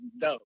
dope